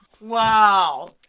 Wow